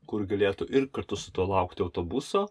kur galėtų ir kartu su tuo laukti autobuso